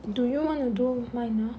do you wanna do minor